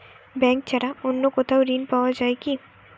Bank ছাড়া অন্য কোথাও ঋণ পাওয়া যায় কি?